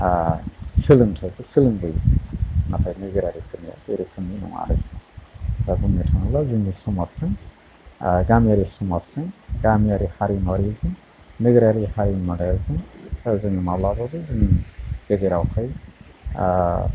सोलोंथाइखौ सोलोंदों नाथाय नोगोरारि फोरनिया बे रोखोमनि नङा आरो दा बुंनो थाङोब्ला जोंनि समाजजों गामियारि समाजजों गामियारि हारिमुवारिजों नोगोरारि हारिमुवारिजों जों माब्लाबाबो जों गेजेराव हायो